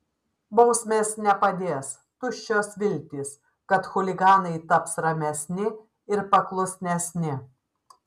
bausmės nepadės tuščios viltys kad chuliganai taps ramesni ir paklusnesni